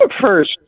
First